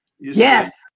Yes